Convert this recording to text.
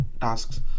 tasks